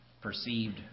perceived